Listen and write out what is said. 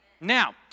Now